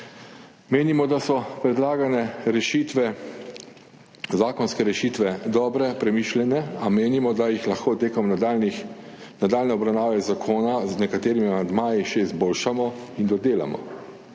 Menimo, da so predlagane zakonske rešitve dobre, premišljene, a menimo, da jih lahko med nadaljnjo obravnavo zakona z nekaterimi amandmaji še izboljšamo in dodelamo.